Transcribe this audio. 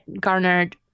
garnered